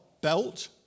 belt